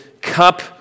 cup